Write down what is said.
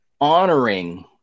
honoring